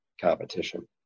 competition